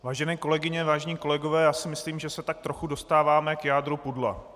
Vážené kolegyně, vážení kolegové, myslím, že se tak trochu dostáváme k jádru pudla.